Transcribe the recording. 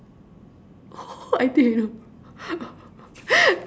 I think I know